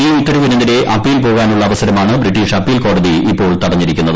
ഈ ഉത്തരവിനെതിരെ അപ്പീൽ പോകാനുള്ള അവസരമാണ് ബ്രിട്ടീഷ് അപ്പീൽ കോടതി ഇപ്പോൾ തടഞ്ഞിരിക്കുന്നത്